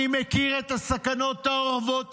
אני מכיר את הסכנות האורבות.